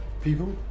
people